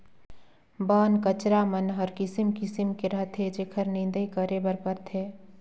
बन कचरा मन हर किसिम किसिम के रहथे जेखर निंदई करे बर परथे